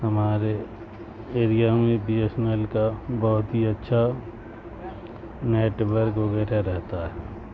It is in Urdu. ہمارے ایریا میں بی ایس نیل کا بہت ہی اچھا نیٹورک وغیرہ رہتا ہے